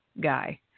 guy